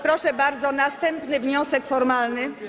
Proszę bardzo, następny wniosek formalny.